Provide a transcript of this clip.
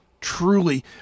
truly